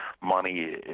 money